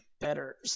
better –